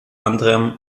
anderem